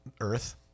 Earth